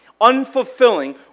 unfulfilling